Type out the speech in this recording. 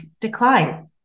decline